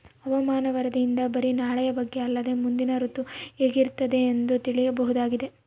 ಹವಾಮಾನ ವರದಿಯಿಂದ ಬರಿ ನಾಳೆಯ ಬಗ್ಗೆ ಅಲ್ಲದೆ ಮುಂದಿನ ಋತು ಹೇಗಿರುತ್ತದೆಯೆಂದು ತಿಳಿಯಬಹುದಾಗಿದೆ